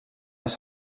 els